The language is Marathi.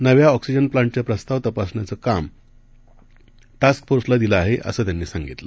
नव्या ऑक्सिजन प्लांटचे प्रस्ताव तपासण्याचं काम टास्कफोर्सला दिलं आहे असं त्यांनी सांगितलं